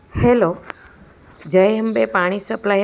hello Jai Ambe Pani supplier